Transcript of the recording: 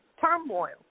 turmoil